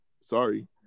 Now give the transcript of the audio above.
Sorry